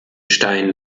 stein